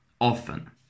often